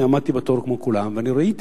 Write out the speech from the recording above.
עמדתי בתור כמו כולם וראיתי